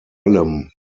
allem